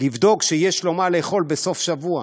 לבדוק שיש לו מה לאכול בסוף שבוע.